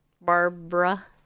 Barbara